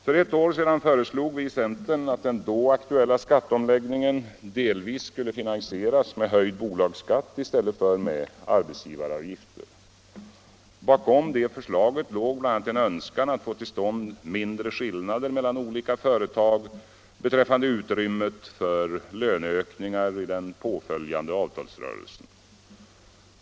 För ett år sedan föreslog vi i centern att den då aktuella skatteomläggningen delvis skulle finansieras med höjd bolagsskatt i stället för arbetsgivaravgifter. Bakom det förslaget låg bl.a. en önskan att få till stånd mindre skillnader mellan olika företag beträffande utrymmet för löneökningar i den påföljande avtalsrörelsen.